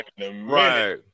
Right